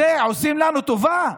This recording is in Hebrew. עושים לנו טובה,